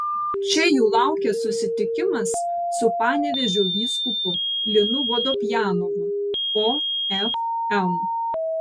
čia jų laukia susitikimas su panevėžio vyskupu linu vodopjanovu ofm